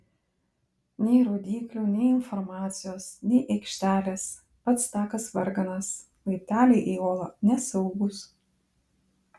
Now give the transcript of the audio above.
nei rodyklių nei informacijos nei aikštelės pats takas varganas laipteliai į olą nesaugūs